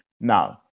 Now